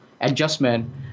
adjustment